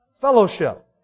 fellowship